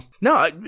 No